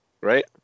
right